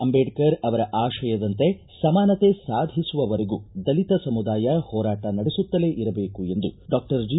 ಅಂಬೇಡ್ಕರ್ ಅವರ ಆಶಯದಂತೆ ಸಮಾನತೆ ಸಾಧಿಸುವವರೆಗೂ ದಲಿತ ಸಮುದಾಯ ಹೋರಾಟ ನಡೆಸುತ್ತಲೇ ಇರಬೇಕು ಎಂದು ಡಾಕ್ಷರ್ ಜಿ